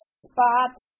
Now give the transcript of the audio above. spots